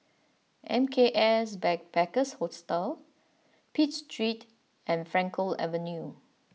M K S Backpackers Hostel Pitt Street and Frankel Avenue